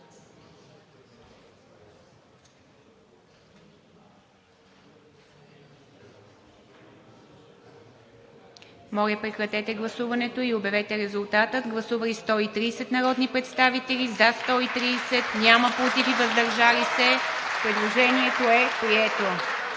Моля, прекратете гласуването и обявете резултата. Гласували 101 народни представители, за 87, против няма и въздържали се 14. Предложението е прието.